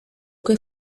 che